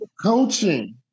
coaching